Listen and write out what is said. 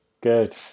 Good